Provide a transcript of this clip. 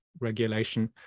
regulation